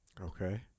okay